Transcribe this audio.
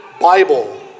Bible